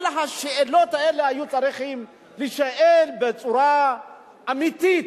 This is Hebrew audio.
כל השאלות האלה היו צריכות להישאל בצורה אמיתית,